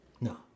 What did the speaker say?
no